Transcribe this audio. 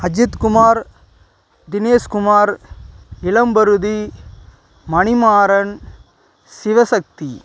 Ajithkumar Dineshkumar Ilamparuthi Manimaran Sivasakthi